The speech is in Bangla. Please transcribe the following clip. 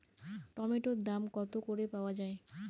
টমেটোর দাম কত করে পাওয়া যায়?